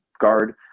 guard